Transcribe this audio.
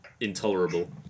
intolerable